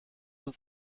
uns